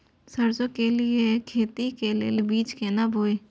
सरसों के लिए खेती के लेल बीज केना बोई?